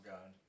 God